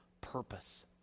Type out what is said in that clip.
purpose